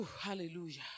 Hallelujah